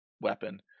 weapon